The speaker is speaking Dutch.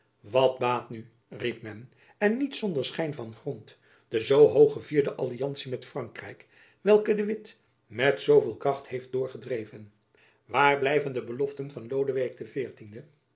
wat baat nu riep men en niet zonder schijn van grond de zoo hooggevierde alliantie met frankrijk welke de witt met zooveel kracht heeft doorgedreven waar blijven de beloften van lodewijk